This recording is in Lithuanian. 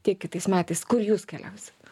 tiek kitais metais kur jūs keliausit